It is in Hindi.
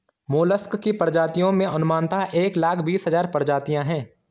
मोलस्क की प्रजातियों में अनुमानतः एक लाख बीस हज़ार प्रजातियां है